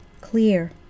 clear